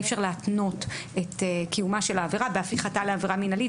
אי אפשר להתנות את קיומה של העבירה בהפיכתה לעבירה מינהלית.